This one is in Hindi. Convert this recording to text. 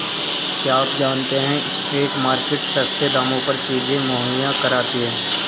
क्या आप जानते है स्ट्रीट मार्केट्स सस्ते दामों पर चीजें मुहैया कराती हैं?